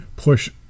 push